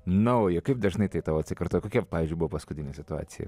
nauja kaip dažnai tai tau atsikartoja kokia pavyzdžiui buvo paskutinė situacija